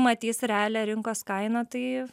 matys realią rinkos kainą tai